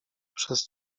przez